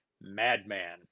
Madman